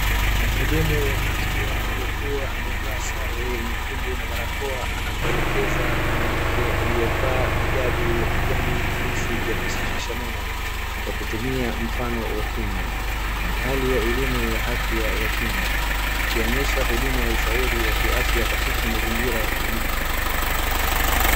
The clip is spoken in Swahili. Mhudumu wa afya aliyekuwa amevaa sare nyekundu, na barakoa anamwelekeza mwanamke aliyevaa hijabu ya kijani jinsi ya kusafisha meno, kwa kutumia mfano wa kinywa. Ni hali ya elimu ya afya ya kinywa, ikionyesha huduma ya ushauri wa kiafya katika mazingira ya kliniki.